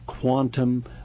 quantum